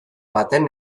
baten